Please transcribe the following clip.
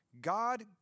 God